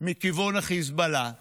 מכיוון החיזבאללה,